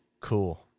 Cool